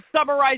summarize